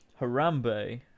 harambe